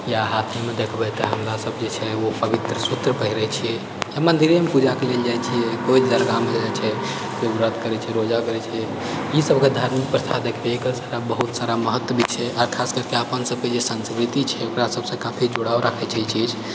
या हाथमे देखबै तऽ हमरा सभ जेछै ओ पवित्र सूत्र पहिरे छियै मन्दिरे मे पूजा करै जाइ छियै कोइ दरगाहमे जाइ छै तऽ व्रत करै छै रोजा करै छै इसभ धार्मिक प्रथा देखबै एकर बहुत सारा धार्मिक महत्व भी छै आ खास करके अपन सभके जे सन्स्कृति छै ओकरा सभसँ काफी जुड़ाव रखै छै ई चीज